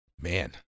man